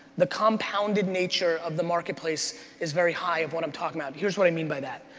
the compounded nature of the marketplace is very high of what i'm talking about. here's what i mean by that.